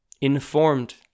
informed